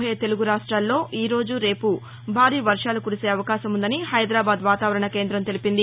భయ తెలుగు రాష్టాల్లో ఈరోజు రేపు భారీ వర్షాలు కురిసే అవకాశం ఉందని హైదరాబాద్ వాతావరణ కేందం తెలిపింది